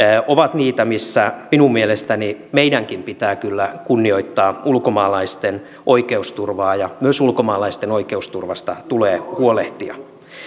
ovat niitä missä minun mielestäni meidänkin pitää kyllä kunnioittaa ulkomaalaisten oikeusturvaa ja myös ulkomaalaisten oikeusturvasta tulee huolehtia